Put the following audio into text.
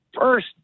first